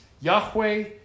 Yahweh